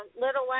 Little